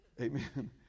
Amen